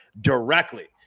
directly